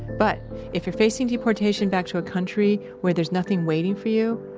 but if you're facing deportation back to a country where there's nothing waiting for you,